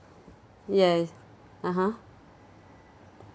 yes (uh huh)